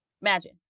Imagine